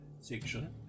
section